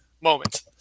moment